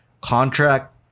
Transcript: contract